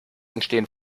entstehen